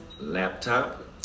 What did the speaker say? laptop